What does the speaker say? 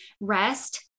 rest